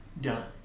done